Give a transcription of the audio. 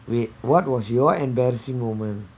wait what was your embarrassing moment